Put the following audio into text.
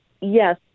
yes